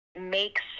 makes